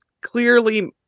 clearly